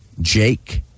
Jake